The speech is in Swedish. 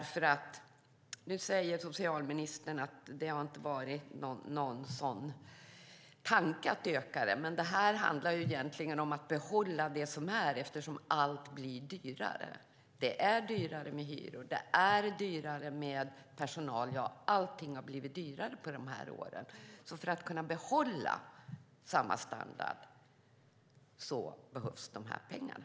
Nu säger socialministern att det inte har varit någon tanke att öka det. Men det handlar egentligen om att behålla det som är, eftersom allt blir dyrare. Det är dyrare med hyror. Det är dyrare med personal. Allting har blivit dyrare under de här åren. För att man ska kunna behålla samma standard behövs de här pengarna.